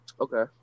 Okay